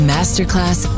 Masterclass